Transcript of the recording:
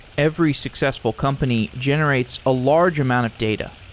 every successful company generates a large amount of data.